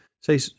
say